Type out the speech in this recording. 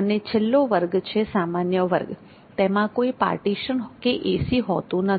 અને છેલ્લો વર્ગ છે સામાન્ય વર્ગ તેમાં કોઈ પાર્ટીશન કે એસી હોતું નથી